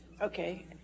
Okay